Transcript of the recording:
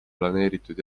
planeeritud